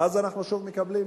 ואז אנחנו שוב מקבלים